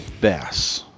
Bass